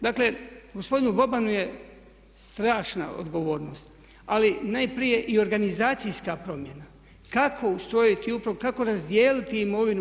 Dakle, gospodinu Bobanu je strašna odgovornost, ali najprije i organizacijska promjena kako ustrojiti upravu, kako razdijeliti imovinu.